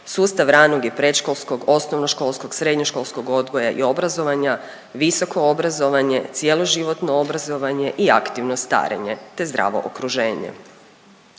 sustav ranog i predškolskog, osnovnoškolskog, srednjoškolskog odgoja i obrazovanja, visoko obrazovanje, cjeloživotno obrazovanje i aktivno starenje te zdravo okruženje.